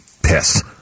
piss